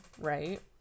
right